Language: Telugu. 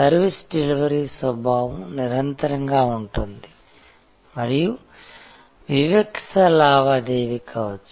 సర్వీస్ డెలివరీ స్వభావం నిరంతరంగా ఉంటుంది మరియు వివిక్త లావాదేవీ కావచ్చు